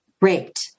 raped